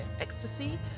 ecstasy